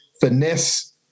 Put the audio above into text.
finesse